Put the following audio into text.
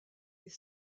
est